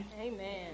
Amen